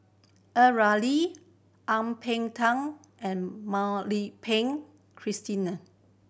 A Ramli Ang Peng Tiam and Mak Lai Peng Christina